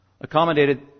accommodated